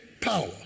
power